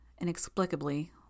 inexplicably